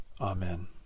Amen